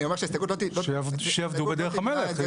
אני אומר שההסתייגות לא --- שיעבדו בדרך המלך.